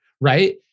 right